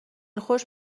خوش